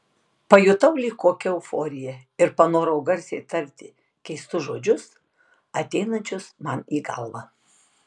pajutau lyg kokią euforiją ir panorau garsiai tarti keistus žodžius ateinančius man į galvą